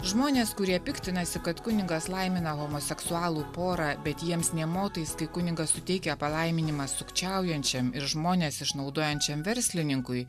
žmonės kurie piktinasi kad kunigas laimina homoseksualų porą bet jiems nė motais kai kunigas suteikia palaiminimą sukčiaujančiam ir žmones išnaudojančiam verslininkui